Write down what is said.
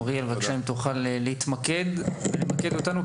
אריאל, אם תוכל להתמקד ולמקד אותנו.